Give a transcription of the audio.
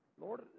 Lord